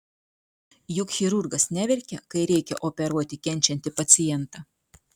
juk chirurgas neverkia kai reikia operuoti kenčiantį pacientą